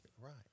Right